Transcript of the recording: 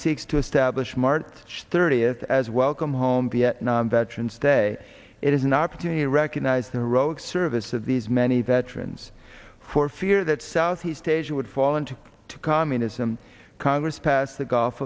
seeks to establish mart thirty years as welcome home vietnam veterans day it is an opportunity recognized in iraq service of these many veterans for fear that southeast asia would fall into to communism congress passed the gulf